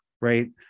right